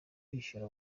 bishyura